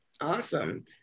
Awesome